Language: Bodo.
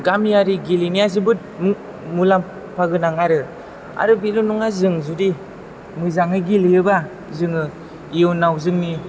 गामियारि गेलेनाया जोबोद मुलाम्फा गोनां आरो आरो बेल' नङा जों जुदि मोजाङै गेलेयोबा जोङो इयुनाव जोंनि